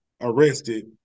arrested